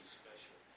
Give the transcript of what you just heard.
special